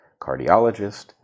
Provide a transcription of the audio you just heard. cardiologist